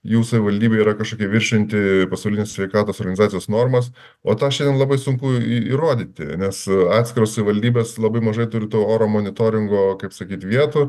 jų savivaldybėj yra kažkokia viršijanti pasaulinės sveikatos organizacijos normas o tą šiandien labai sunku įrodyti nes atskiros savivaldybės labai mažai turi to oro monitoringo kaip sakyt vietų